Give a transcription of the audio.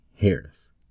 Harris